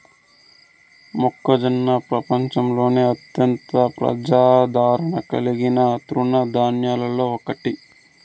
మొక్కజొన్న ప్రపంచంలోనే అత్యంత ప్రజాదారణ కలిగిన తృణ ధాన్యాలలో ఒకటి